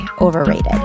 overrated